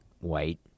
White